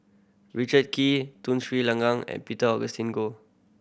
Richard Kee Tun Sri Lanang and Peter Augustine Goh